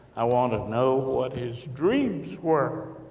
i want to know what his dreams were.